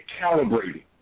calibrated